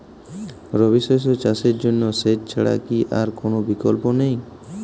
রবি শস্য চাষের জন্য সেচ ছাড়া কি আর কোন বিকল্প নেই?